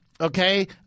Okay